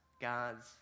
God's